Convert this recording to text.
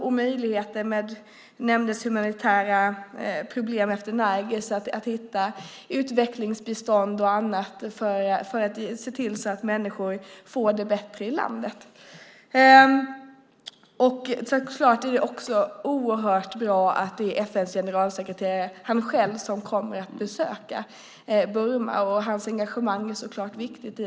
De humanitära problemen till följd av cyklonen Nargis nämndes. Det gäller att hitta former för utvecklingsbistånd och annat så att människor får det bättre i landet. Det är givetvis oerhört bra att FN:s generalsekreterare personligen kommer att besöka Burma. Hans engagemang är naturligtvis viktigt.